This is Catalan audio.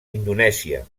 indonèsia